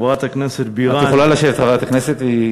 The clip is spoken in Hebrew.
חברת הכנסת בירן, את יכולה לשבת, חברת הכנסת.